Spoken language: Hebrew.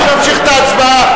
אני ממשיך את ההצבעה.